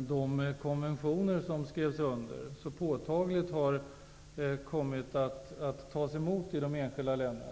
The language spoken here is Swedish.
de konventioner som skrevs under har kommit att tas emot i de enskilda länderna.